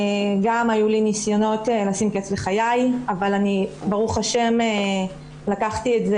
היו לי ניסיונות לשים קץ לחיי אבל ברוך השם לקחתי את זה